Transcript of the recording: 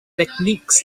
techniques